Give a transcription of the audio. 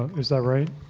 is that right?